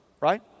right